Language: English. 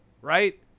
right